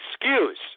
excuse